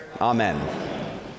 amen